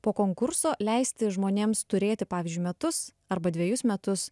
po konkurso leisti žmonėms turėti pavyzdžiui metus arba dvejus metus